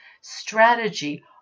strategy